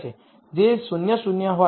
જે 00 હોત